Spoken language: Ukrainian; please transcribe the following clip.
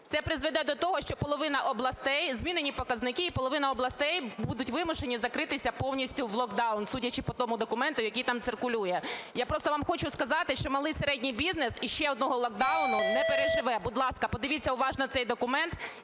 Це призведе до того, що половина областей, змінені показники, і половина областей будуть вимушені закритися повністю в локдаун, судячи по тому документу, який там циркулює. Я просто вам хочу сказати, що малий і середній бізнес ще одного локдауну не переживе. Будь ласка, подивіться уважно цей документ